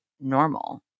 normal